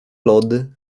lody